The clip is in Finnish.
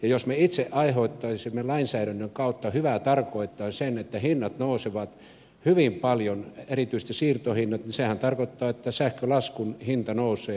jos me itse aiheuttaisimme lainsäädännön kautta hyvää tarkoittaen sen että hinnat nousevat hyvin paljon erityisesti siirtohinnat niin sehän tarkoittaisi että sähkölaskun hinta nousee